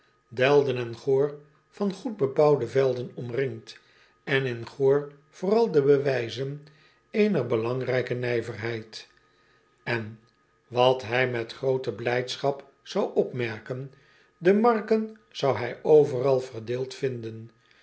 elden en oor van goed bebouwde velden omringd en in oor vooral de bewijzen eener belangrijke nijverheid n wat hij met groote blijdschap zou opmerken de marken zou hij overal verdeeld vinden